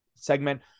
Segment